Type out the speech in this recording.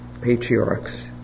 patriarchs